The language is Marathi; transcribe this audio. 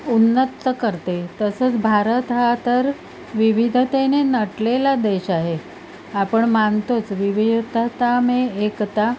उन्नत करते तसंच भारत हा तर विविधतेने नटलेला देश आहे आपण मानतोच विविधता मे एकता